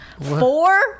Four